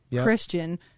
Christian